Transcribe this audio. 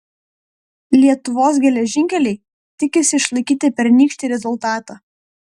lietuvos geležinkeliai tikisi išlaikyti pernykštį rezultatą